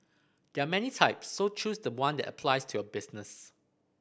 there are many types so choose the one that applies to your business